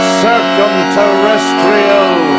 circumterrestrial